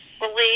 believe